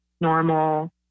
normal